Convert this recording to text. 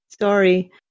Sorry